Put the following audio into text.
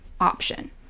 option